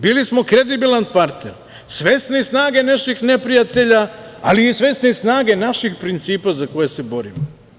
Bili smo kredibilan partner, svesni snage naših neprijatelja, ali i svesni snage naših principa za koje se borimo.